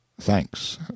Thanks